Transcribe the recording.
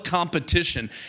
Competition